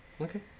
Okay